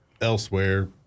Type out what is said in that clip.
elsewhere